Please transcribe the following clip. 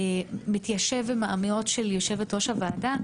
שמתיישב מאוד עם האמירות של יושבת-ראש הוועדה